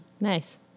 Nice